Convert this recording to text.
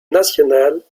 nationale